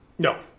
No